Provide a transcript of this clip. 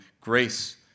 grace